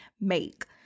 make